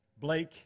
Blake